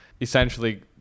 essentially